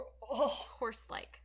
Horse-like